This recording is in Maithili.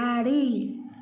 बिलाड़ि